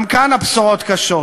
גם כאן הבשורות קשות.